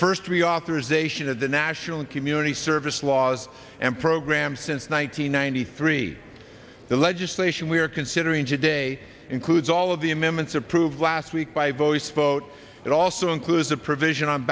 first reauthorization of the national and community service laws and programs since one nine hundred ninety three the legislation we are considering today includes all of the amendments approved last week by voice vote it also includes a provision on